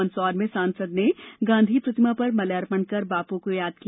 मंदसौर में सांसद ने गांधी प्रतिमा पर माल्यार्पण कर बापू को याद किया